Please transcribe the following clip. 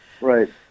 Right